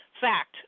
Fact